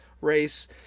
race